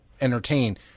entertain